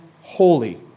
holy